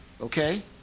Okay